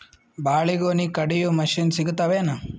ಬಾಳಿಗೊನಿ ಕಡಿಯು ಮಷಿನ್ ಸಿಗತವೇನು?